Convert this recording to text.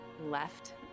left